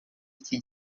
iki